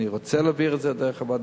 אני רוצה להעביר את זה דרך הוועדה,